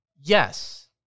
Yes